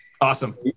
Awesome